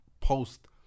post